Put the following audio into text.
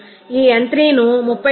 ఈ n 3 ను 37